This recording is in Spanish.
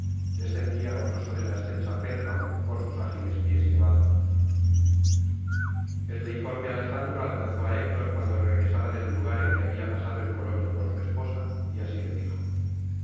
descendía gozoso de la excelsa pérgamo por sus ágiles pies llevado el deiforme alejandro alcanzó á héctor cuando regresaba del lugar en que había pasado el coloquio con su esposa y así le dijo